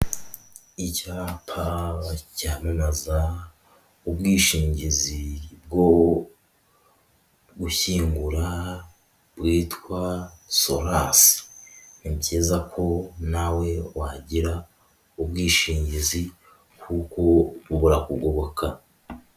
Icyapa cyamamaza ubwishingizi bwo gushyingura, bwitwa Solasi. Ni byiza ko nawe wagira ubwishingizi kuko burakugoboka.